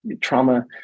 trauma